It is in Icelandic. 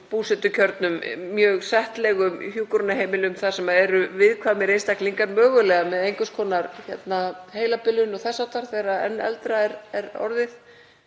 búsetukjörnum, mjög settlegum hjúkrunarheimilum þar sem eru viðkvæmir einstaklingar, mögulega með einhvers konar heilabilun og þess háttar þegar enn eldra er orðið